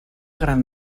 gran